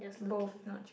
both not chewing